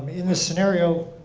in the scenario,